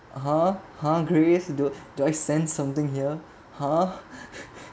(uh huh) grace do do I sense something here !huh!